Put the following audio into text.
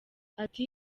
ati